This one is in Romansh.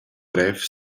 brev